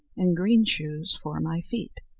and green shoes for my feet.